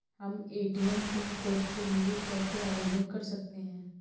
हम ATM pin code के लिए कैसे आवेदन कर सकते हैं?